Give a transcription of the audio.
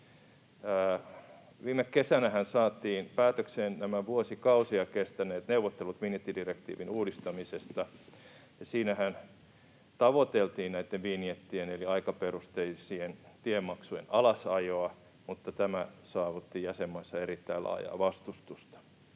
Viime kesänähän saatiin päätökseen nämä vuosikausia kestäneet neuvottelut vinjettidirektiivin uudistamisesta. Siinähän tavoiteltiin näitten vinjettien eli aikaperusteisien tiemaksujen alasajoa, mutta tämä saavutti jäsenmaissa erittäin laajaa vastustusta.